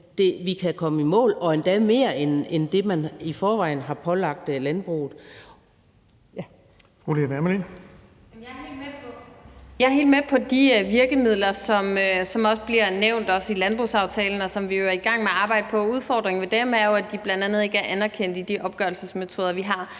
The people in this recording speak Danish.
(Erling Bonnesen): Fru Lea Wermelin. Kl. 19:17 Lea Wermelin (S): Jeg er helt med på de virkemidler, som også bliver nævnt i landbrugsaftalen, og som vi jo er i gang med at arbejde på. Udfordringen ved dem er jo, at de bl.a. ikke er anerkendt i de opgørelsesmetoder, vi har.